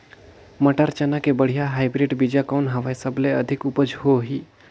मटर, चना के बढ़िया हाईब्रिड बीजा कौन हवय? सबले अधिक उपज होही?